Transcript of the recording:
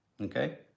okay